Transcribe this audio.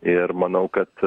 ir manau kad